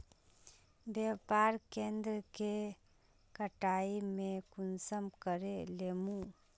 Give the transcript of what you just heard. व्यापार केन्द्र के कटाई में कुंसम करे लेमु?